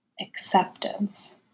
acceptance